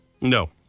No